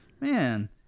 man